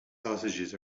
sausages